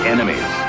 Enemies